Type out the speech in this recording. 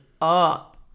up